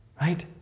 right